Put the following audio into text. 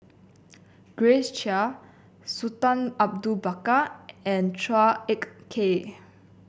Grace Chia Sultan Abu Bakar and Chua Ek Kay